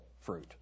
fruit